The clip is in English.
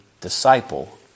disciple